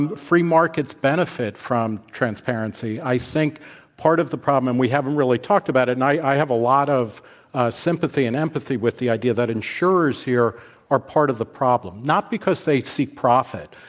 and free markets benefit from transparency. i think part of the problem we haven't really talked about, and i i have a lot of sympathy and empathy with the idea that insurers here are part of the problem. not because they seek profit,